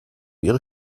ihre